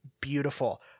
beautiful